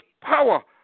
power